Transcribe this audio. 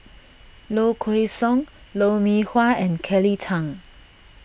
Low Kway Song Lou Mee Wah and Kelly Tang